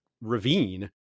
ravine